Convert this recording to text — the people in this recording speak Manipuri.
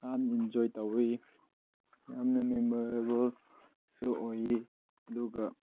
ꯌꯥꯝꯅ ꯑꯦꯟꯖꯣꯏ ꯇꯧꯋꯤ ꯌꯥꯝꯅ ꯃꯦꯃꯣꯔꯦꯕꯜꯁꯨ ꯑꯣꯏꯌꯦ ꯑꯗꯨꯒ